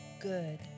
good